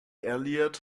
elliot